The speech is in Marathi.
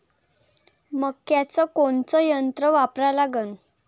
मक्याचं कोनचं यंत्र वापरा लागन?